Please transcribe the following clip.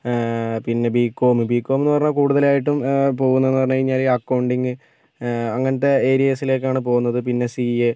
പിന്നെ BCom BCom എന്ന് പറഞ്ഞാൽ കൂടുതലായിട്ടും പോകുന്നത് പറഞ്ഞു കഴിഞ്ഞാല് അക്കൗണ്ടിംഗ് അങ്ങനത്തെ ഏരിയാസിലേക്കാണ് പോകുന്നത് പിന്നെ സി എ